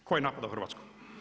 Tko je napao Hrvatsku?